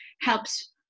helps